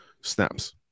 snaps